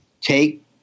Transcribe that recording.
take